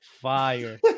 Fire